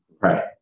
Right